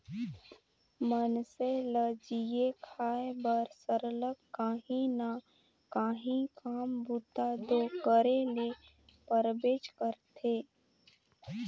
मइनसे ल जीए खाए बर सरलग काहीं ना काहीं काम बूता दो करे ले परबेच करथे